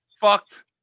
fucked